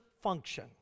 function